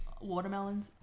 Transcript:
Watermelons